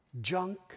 junk